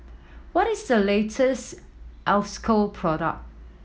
what is the latest Isocal product